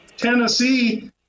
Tennessee